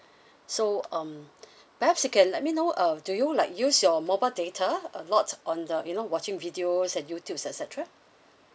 so um perhaps you can let me know uh do you like use your mobile data a lot on the you know watching videos and youtube et cetera